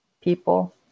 people